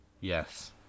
Yes